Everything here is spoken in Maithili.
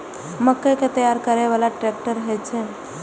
मक्का कै तैयार करै बाला ट्रेक्टर होय छै?